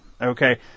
okay